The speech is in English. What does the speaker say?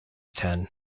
ten